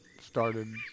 started